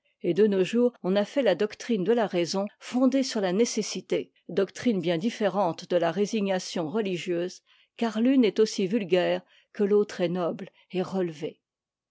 et de nos jours on a fait la doctrine de la raison fondée sur la nécessité doctrine bien différente de la résignation religieuse car l'une est aussi vulgaire que l'autre est noble et relevée